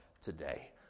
today